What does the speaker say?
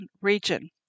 region